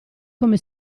come